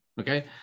okay